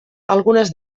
algunes